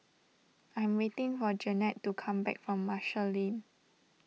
I'm waiting for Jeanette to come back from Marshall Lane